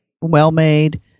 well-made